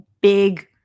big